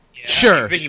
sure